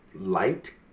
light